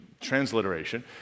transliteration